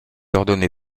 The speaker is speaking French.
ordonné